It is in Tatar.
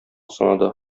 санады